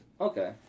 Okay